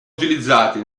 utilizzati